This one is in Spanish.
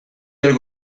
del